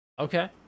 okay